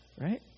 right